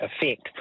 effect